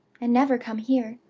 and never come here.